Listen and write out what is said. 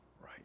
right